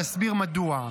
ואסביר מדוע.